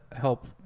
help